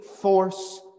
force